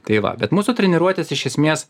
tai va bet mūsų treniruotės iš esmės